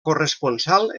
corresponsal